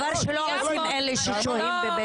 המים והחשמל דבר שלא צריך לשלם עבורו כששוהים בבית מלון.